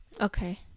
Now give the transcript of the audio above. okay